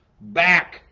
back